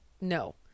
no